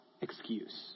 excuse